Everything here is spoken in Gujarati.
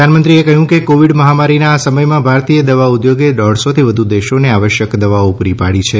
પ્રધાનમંત્રીએ કહ્યું કે કોવિડ મહામારીના આ સમયમાં ભારતીય દવા ઉદ્યોગે દોઠસોથી વધુ દેશોને આવશ્યક દવાઓ પૂરી પાડી છે